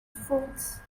frauds